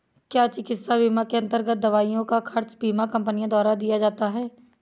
क्या चिकित्सा बीमा के अन्तर्गत दवाइयों का खर्च बीमा कंपनियों द्वारा दिया जाता है?